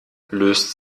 löst